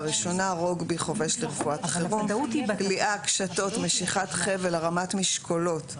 רוגבי + קליעה + קשתות + משיכת חבל + הרמת משקולות +